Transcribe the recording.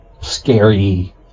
scary